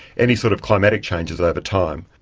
any sort of climatic changes over time.